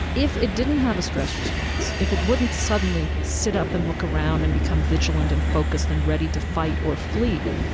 if it didn't have a stress response, if it wouldn't suddenly sit up and look around and become vigilant and focused and ready to fight or flee,